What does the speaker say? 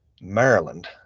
Maryland